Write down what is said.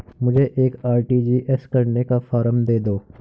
मुझे एक आर.टी.जी.एस करने का फारम दे दो?